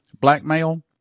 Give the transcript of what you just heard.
blackmail